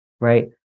Right